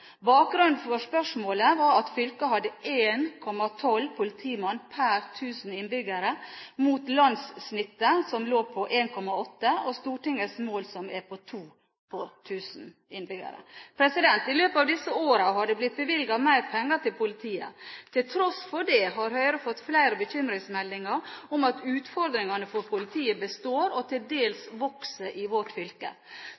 Bakgrunnen for spørsmålet var at fylket hadde 1,12 politimann per 1 000 innbyggere, mot landssnittet, som lå på 1,8, og mot Stortingets mål, som er på 2 per 1 000 innbyggere. I løpet av disse årene har det blitt bevilget mer penger til politiet. Til tross for det har Høyre fått flere bekymringsmeldinger om at utfordringene for politiet består, og til